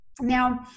Now